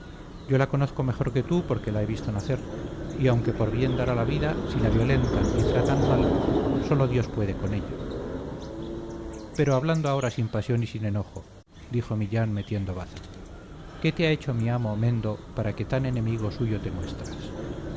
yo la conozco mejor que tú porque la he visto nacer y aunque por bien dará la vida si la violentan y tratan mal sólo dios puede con ella pero hablando ahora sin pasión y sin enojo dijo millán metiendo baza qué te ha hecho mi amo mendo que tan enemigo suyo te muestras